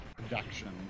production